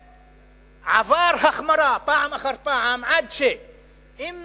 שעבר החמרה פעם אחר פעם, עד שאם